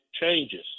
changes